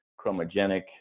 chromogenic